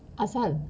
apa pasal